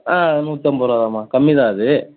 ஆ நூற்றம்பதுருவா தாம்மா கம்மி தான் அது